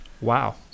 wow